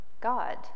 God